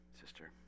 sister